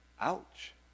Ouch